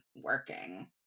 working